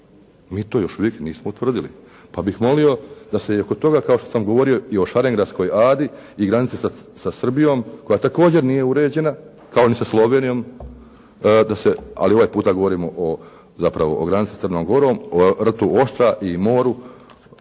Mi to još uvijek nismo utvrdili. Pa bih molio da se i oko toga, kao što sam govorio i o Šarengradskoj adi i granici sa Srbijom koja također nije uređena kao ni sa Slovenijom da se, ali ovaj puta govorimo zapravo o granici sa Crnom Gorom, o rtu Oštra i moru,